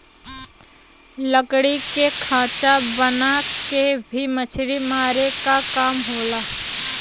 लकड़ी के खांचा बना के भी मछरी मारे क काम होला